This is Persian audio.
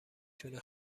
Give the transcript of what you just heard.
تونه